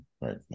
right